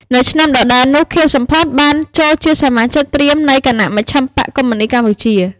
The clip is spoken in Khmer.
នៅឆ្នាំដដែលនោះ ខៀវ សំផន បានចូលជាសមាជិកត្រៀមនៃគណៈមជ្ឈិមបក្សកុម្មុយនីស្តកម្ពុជា។